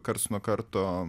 karts nuo karto